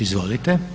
Izvolite.